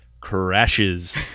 crashes